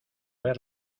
ver